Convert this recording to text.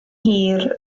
hir